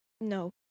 No